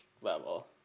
level